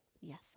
Yes